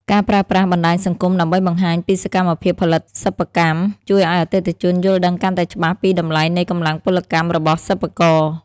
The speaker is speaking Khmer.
ការប្រើប្រាស់បណ្ដាញសង្គមដើម្បីបង្ហាញពីសកម្មភាពផលិតសិប្បកម្ម ជួយឱ្យអតិថិជនយល់ដឹងកាន់តែច្បាស់ពីតម្លៃនៃកម្លាំងពលកម្មរបស់សិប្បករ។